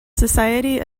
society